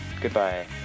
goodbye